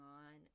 on